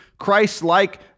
Christ-like